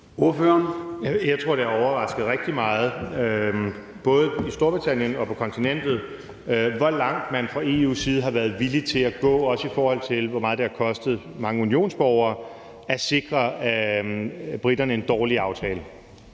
Jeg tror, at det har overrasket rigtig meget, både i Storbritannien og på kontinentet, hvor langt man fra EU's side har været villig til at gå – også i forhold til hvor meget det har kostet mange unionsborgere – for at sikre briterne en dårlig aftale.